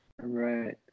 Right